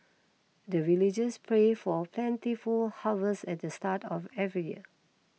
the villagers pray for plentiful harvest at the start of every year